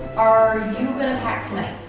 are you gonna pack tonight?